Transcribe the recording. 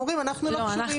אתם אומרים אנחנו לא קשורים.